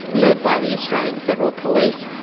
led by the australian federal police,